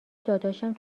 داداشم